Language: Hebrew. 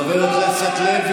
חבר הכנסת לוי,